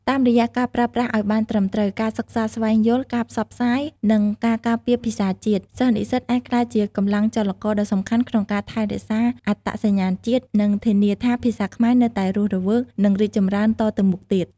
តាមរយៈការប្រើប្រាស់ឱ្យបានត្រឹមត្រូវ ការសិក្សាស្វែងយល់ ការផ្សព្វផ្សាយ និងការការពារភាសាជាតិ សិស្សនិស្សិតអាចក្លាយជាកម្លាំងចលករដ៏សំខាន់ក្នុងការថែរក្សាអត្តសញ្ញាណជាតិ និងធានាថាភាសាខ្មែរនៅតែរស់រវើក និងរីកចម្រើនតទៅមុខទៀត។